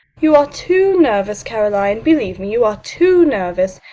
you are too nervous, caroline. believe me, you are too nervous.